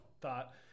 thought